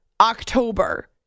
October